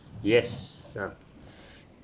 yes um